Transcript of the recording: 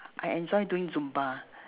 I enjoy doing zumba